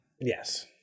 yes